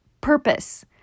purpose